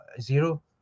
zero